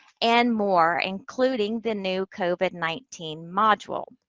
and more, including the new covid nineteen module.